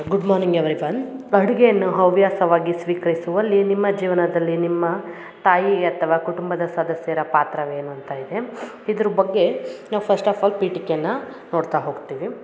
good morning everyone ಅಡುಗೆಯನ್ನು ಹವ್ಯಾಸವಾಗಿ ಸ್ವೀಕರಿಸುವಲ್ಲಿ ನಿಮ್ಮ ಜೀವನದಲ್ಲಿ ನಿಮ್ಮ ತಾಯಿ ಅಥವ ಕುಟುಂಬದ ಸದ್ಯಸರ ಪಾತ್ರವೇನು ಅಂತ ಇದೆ ಇದ್ರ ಬಗ್ಗೆ ನಾವು ಫಸ್ಟ್ ಆಫ್ ಆಲ್ ಪೀಠಿಕೆಯನ್ನ ನೋಡ್ತಾ ಹೋಗ್ತೀವಿ